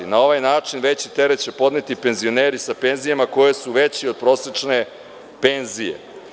Na ovaj način veći teret će podneti penzioneri sa penzijama koje su veće od prosečne penzije.